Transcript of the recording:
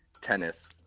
Tennis